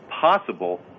possible